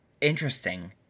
interesting